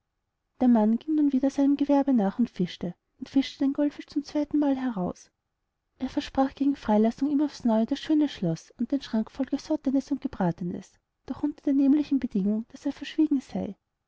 der mann ging nun wieder seinem gewerbe nach und fischte und fischte den goldfisch zum zweitenmal heraus er versprach gegen freilassung ihm aufs neue das schöne schloß und den schrank voll gesottenes und gebratenes doch unter der nämlichen bedingung daß er verschwiegen sey